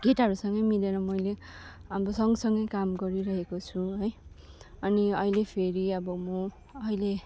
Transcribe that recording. केटाहरूसँगै मिलेर मैले अब सँगसँगै काम गरिरहेको छु है अनि अहिँले फेरि अब म अहिले